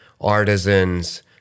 artisans